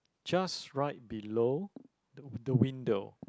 just right below the the window